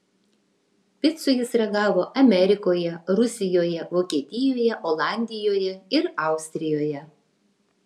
picų jis ragavo amerikoje rusijoje vokietijoje olandijoje ir austrijoje